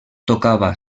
tocava